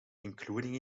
including